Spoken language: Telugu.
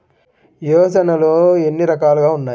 యోజనలో ఏన్ని రకాలు ఉన్నాయి?